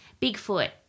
Bigfoot